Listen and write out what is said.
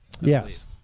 Yes